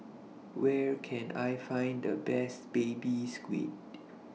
Where Can I Find The Best Baby Squid